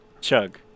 Chug